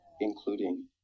including